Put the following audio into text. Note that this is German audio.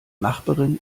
nachbarin